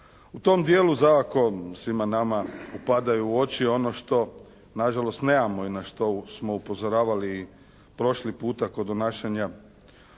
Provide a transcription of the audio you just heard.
U tom dijelu svakako svima nama upadaju u oči ono što na žalost nemamo i na što smo upozoravali prošli puta kod donašanja